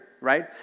right